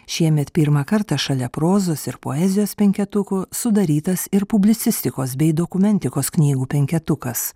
šiemet pirmą kartą šalia prozos ir poezijos penketuko sudarytas ir publicistikos bei dokumentikos knygų penketukas